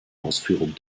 ausführung